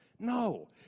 No